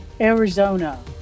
Arizona